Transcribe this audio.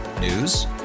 News